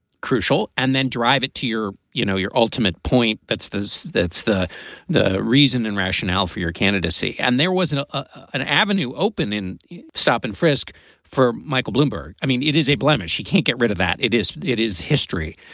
crucial. and then drive it to your, you know, your ultimate point. that's the that's the the reason and rationale for your candidacy. and there wasn't an avenue open in stop and frisk for michael bloomberg. i mean, it is a blemish. she can't get rid of that. it is. it is history.